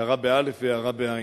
הארה באל"ף והערה בעי"ן.